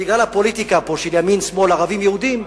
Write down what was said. בגלל הפוליטיקה פה, של ימין, שמאל, ערבים, יהודים.